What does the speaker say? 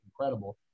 incredible